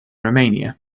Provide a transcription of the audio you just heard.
romania